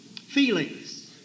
feelings